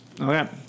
Okay